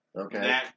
Okay